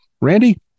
Randy